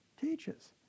teaches